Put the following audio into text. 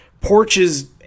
Porches